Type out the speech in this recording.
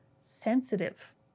sensitive